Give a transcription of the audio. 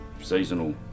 seasonal